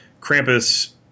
Krampus